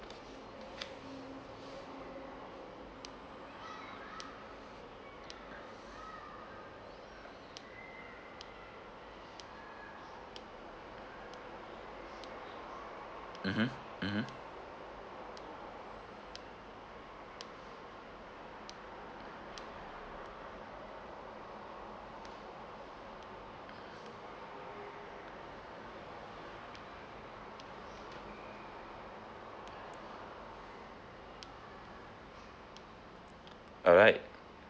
mmhmm mmhmm alright